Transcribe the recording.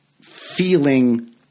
feeling